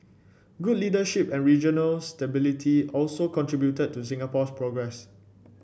good leadership and regional stability also contributed to Singapore's progress